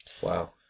Wow